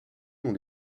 dans